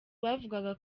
bavugaga